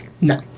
No